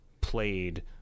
played